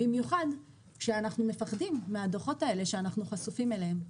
במיוחד כשאנחנו מפחדים מהדוחות האלה שאנחנו חשופים אליהם.